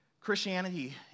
Christianity